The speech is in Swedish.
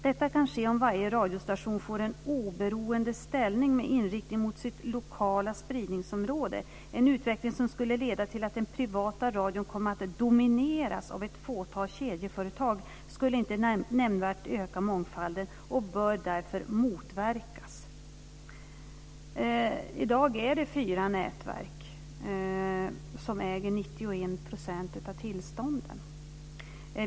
Detta kan ske om varje radiostation får en oberoende ställning med inriktning mot sitt lokala spridningsområde. En utveckling som skulle leda till att den privata radion kom att domineras av ett fåtal kedjeföretag skulle inte nämnvärt öka mångfalden och bör därför motverkas. I dag är det fyra nätverk som äger 91 % av tillstånden.